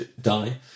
die